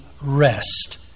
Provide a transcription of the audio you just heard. rest